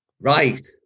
Right